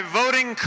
voting